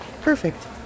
Perfect